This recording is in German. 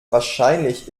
wahrscheinlich